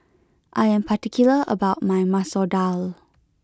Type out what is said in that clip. I am particular about my Masoor Dal